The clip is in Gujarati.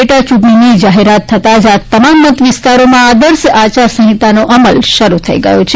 પેટા ચૂંટણીની જાહેરાત થતાં જ આ તમામ મત વિસ્તારોમાં આદર્શ આચારસંહિતાનો અમલ શરૂ થઈ ગયો છે